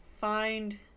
find